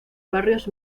barrios